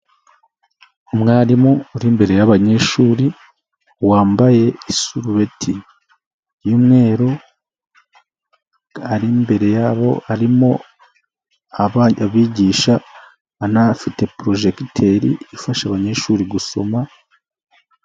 Umwarimu uri imbere y'abanyeshuri wambaye isurubeti y'umweru ari imbere yabo arimo abana abigisha banafite porojegiteri ifasha abanyeshuri gusoma.